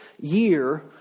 year